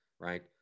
right